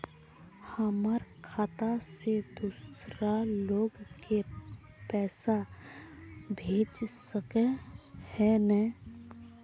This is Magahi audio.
हमर खाता से दूसरा लोग के पैसा भेज सके है ने?